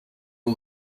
all